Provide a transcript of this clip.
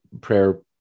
prayer